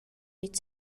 vid